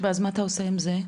ואז מה אתה עושה עם זה?